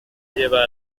lleva